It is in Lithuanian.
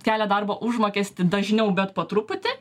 kelia darbo užmokestį dažniau bet po truputį